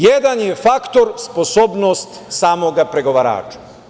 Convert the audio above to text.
Jedan je faktor sposobnost samog pregovarača.